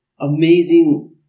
amazing